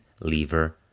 lever